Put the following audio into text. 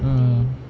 mm